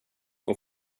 och